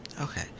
Okay